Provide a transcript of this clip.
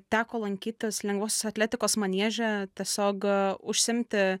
teko lankyt tas lengvosios atletikos manieže tiesiog užsiimti